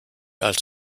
als